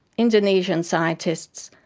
indonesian scientists,